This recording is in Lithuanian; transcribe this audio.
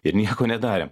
ir nieko nedarėm